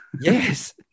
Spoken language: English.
Yes